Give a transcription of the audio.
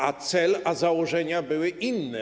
A cel, założenia były inne.